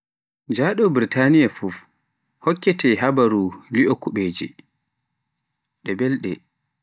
Njaɗo Burtaniya fuf, hokkete habaruu, li'o kuɓeje, ɗe belɗe.